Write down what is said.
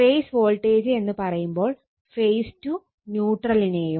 face voltage എന്ന് പറയുമ്പോൾ phase to ന്യൂട്രലിനെയും